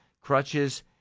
crutches